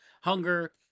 hunger